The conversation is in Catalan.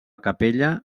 capella